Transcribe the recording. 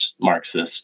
Marxist